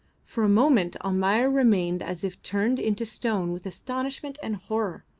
for a moment almayer remained as if turned into stone with astonishment and horror,